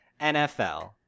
nfl